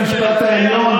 ממנים בשיטת חבר מביא חבר,